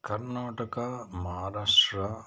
Karnataka Maharashtra